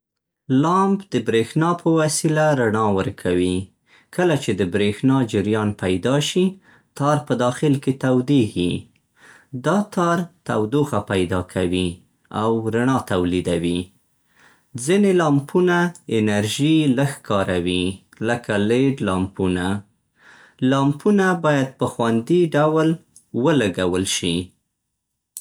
لامپ د برېښنا په وسيله رڼا ورکوي. کله چې د برېښنا جریان پيدا شي، تار په داخل کې تودېږي. دا تار تودوخه پيدا کوي او رڼا تولیدوي. ځینې لامپونه انرژي لږ کاروي لکه لېډ لامپونه. لامپونه باید په خوندي ډول ولګول شي.